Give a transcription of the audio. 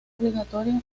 obligatoria